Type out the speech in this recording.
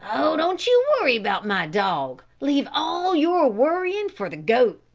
oh, don't you worry about my dog. leave all your worrying for the goat.